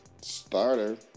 Starter